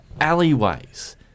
alleyways